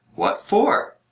what for?